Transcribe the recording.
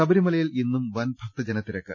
ശബരിമലയിൽ ഇന്നും വൻ ഭക്തജനത്തിരക്ക്